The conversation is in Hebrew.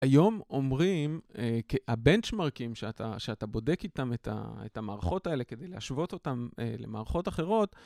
היום אומרים, הבנצ'מרקים שאתה בודק איתם את המערכות האלה כדי להשוות אותן למערכות אחרות,